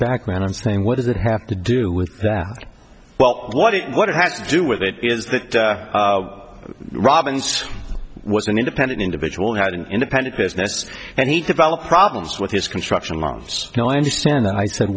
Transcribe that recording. background i'm saying what does it have to do with that well what it what it has to do with it is that robbins was an independent individual who had an independent business and he developed problems with his construction loans you know i understand that i said